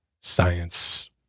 science